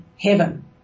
heaven